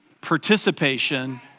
Participation